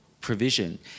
provision